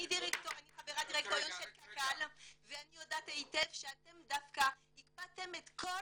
אני חברת דירקטוריון של קק"ל ואני יודעת היטב שאתם דווקא הקפאתם את כל